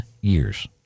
years